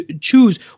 choose